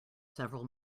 several